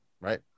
Right